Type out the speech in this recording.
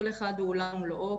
כל אחד הוא עולם ומלואו,